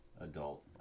adult